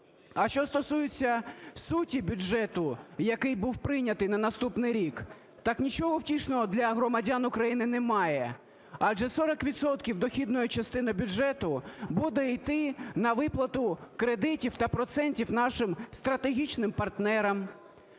А що стосується суті бюджету, який був прийнятий на наступний рік, так нічого втішного для громадян України немає, адже 40 відсотків дохідної частини бюджету буде іти на виплату кредитів та процентів нашим стратегічним партнерам.